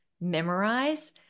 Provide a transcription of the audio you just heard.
memorize